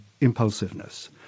impulsiveness